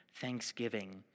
thanksgiving